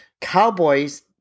cowboys